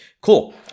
cool